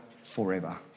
forever